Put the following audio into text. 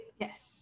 yes